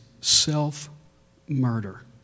self-murder